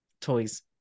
toys